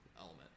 element